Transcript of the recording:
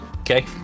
Okay